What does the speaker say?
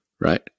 Right